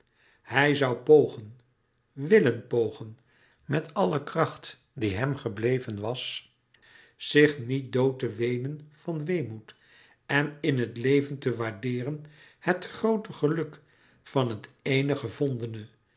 hij zoû pogen willen pogen met alle kracht die hem gebleven was zich niet dood te weenen van weemoed en in het leven te waardeeren het groote geluk van het eene gevondene